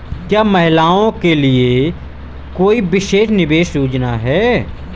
क्या महिलाओं के लिए कोई विशेष निवेश योजना है?